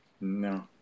No